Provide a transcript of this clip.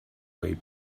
way